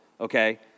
okay